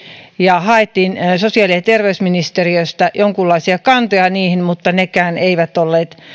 ja haettiin sosiaali ja terveysministeriöstä jonkunlaisia kantoja niihin mutta nekään eivät olleet